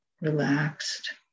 relaxed